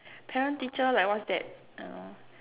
parent teacher like what's that you know